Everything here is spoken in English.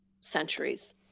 centuries